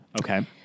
Okay